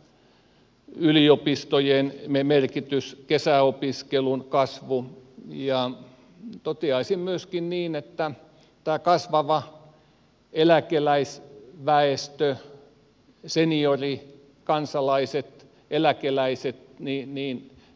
on myös kesäyliopistojen merkitys kesäopiskelun kasvu ja toteaisin myöskin niin että tämä kasvava eläkeläisväestö seniorikansalaiset eläkeläiset